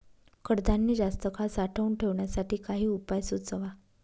कडधान्य जास्त काळ साठवून ठेवण्यासाठी काही उपाय सुचवा?